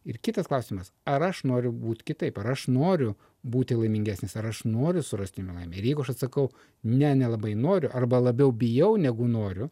ir kitas klausimas ar aš noriu būti kitaip aš noriu būti laimingesnis ar aš noriu surasti laimę ir jeigu aš atsakau ne nelabai noriu arba labiau bijau negu noriu